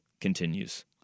continues